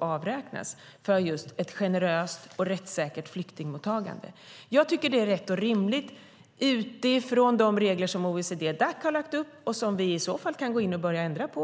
avräknas för just ett generöst och rättssäkert flyktingmottagande. Jag tycker att det är rätt och rimligt utifrån de regler som OECD/Dac har lagt upp och som vi i så fall kan gå in och börja ändra på.